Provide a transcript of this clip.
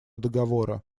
договора